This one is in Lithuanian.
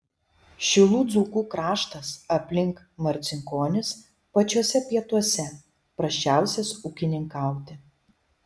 šilų dzūkų kraštas aplink marcinkonis pačiuose pietuose prasčiausias ūkininkauti